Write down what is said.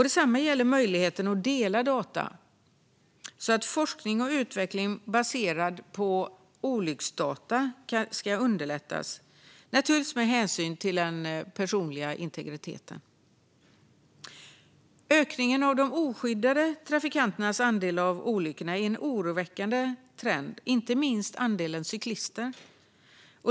Detsamma gäller möjligheten att dela data, så att forskning och utveckling baserad på olycksdata underlättas, naturligtvis med hänsyn till den personliga integriteten. Ökningen av de oskyddade trafikanternas andel av olyckorna är en oroande trend, inte minst andelen cyklister.